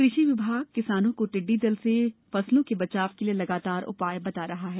कृषि विभाग किसानों को टिड्डी दल से फसलों के बचाव के लिए लगातार उपाय बता रहा है